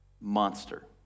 monster